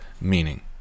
meaning